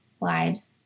lives